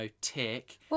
tick